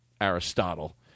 Aristotle